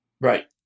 right